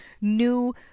new